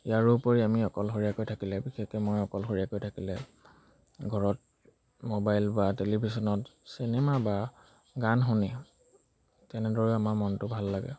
ইয়াৰোপৰি আমি অকলশৰীয়াকৈ থাকিলে বিশেষকৈ মই অকলশৰীয়াকৈ থাকিলে ঘৰত মোবাইল বা টেলিভিশ্যনত চিনেমা বা গান শুনি তেনেদৰেও আমাৰ মনটো ভাল লাগে